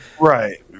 Right